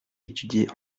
étudié